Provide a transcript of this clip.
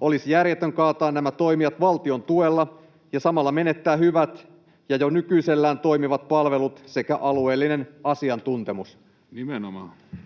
Olisi järjetöntä kaataa nämä toimijat valtion tuella ja samalla menettää hyvät ja jo nykyisellään toimivat palvelut sekä alueellinen asiantuntemus. Edustaja